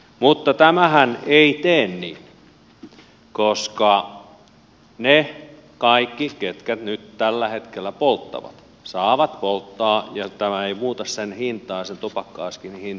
mutta tämähän ei tee niin koska ne kaikki ketkä nyt tällä hetkellä polttavat saavat polttaa ja tämä ei muuta sen tupakka askin hintaa mitenkään